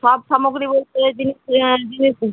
সব সামগ্রী বলতে জিনিস জিনিস